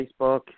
Facebook